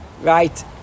right